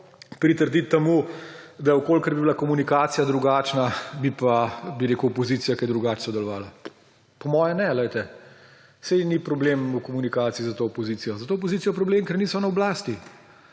pritrdili temu, da če bi bila komunikacija drugačna, bi pa opozicija kaj drugače sodelovala. Po moje ne, saj ni problem v komunikaciji za to opozicijo. Za to opozicijo je problem, ker niso na oblasti